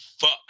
fuck